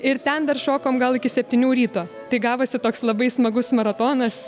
ir ten dar šokom gal iki septynių ryto tai gavosi toks labai smagus maratonas